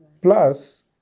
plus